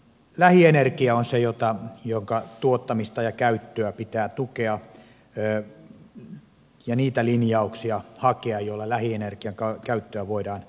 lähienergia on se jonka tuottamista ja käyttöä pitää tukea ja niitä linjauksia hakea joilla lähienergian käyttöä voidaan edistää